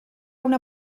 una